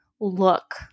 look